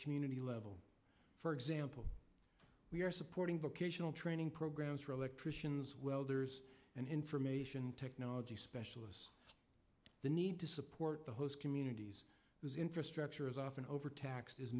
community level for example we are supporting vocational training programs for electricians and information technology specialists the need to support the host communities because infrastructure is often overtaxe